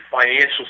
financial